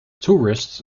tourists